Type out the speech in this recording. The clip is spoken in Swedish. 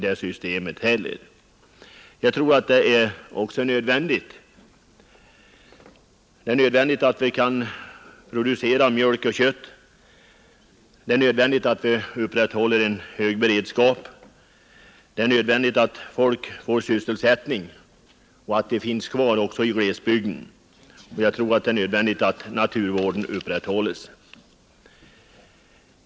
Jag tror också att den är nödvändig. Det är nödvändigt att vi kan producera mjölk och kött, att vi upprätthåller en hög beredskap, att folk också i fortsättningen får sysselsättning i glesbygden och att naturvården inte försummas.